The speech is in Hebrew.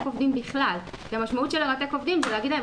עובדים בכלל כי המשמעות של לרתק עובדים זה להגיד להם,